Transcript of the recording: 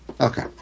Okay